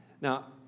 Now